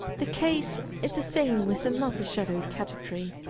the case is the same with another sliadowy category,